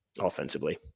offensively